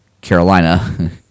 Carolina